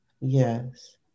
Yes